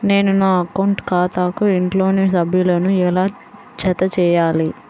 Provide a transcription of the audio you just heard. నేను నా అకౌంట్ ఖాతాకు ఇంట్లోని సభ్యులను ఎలా జతచేయాలి?